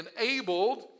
enabled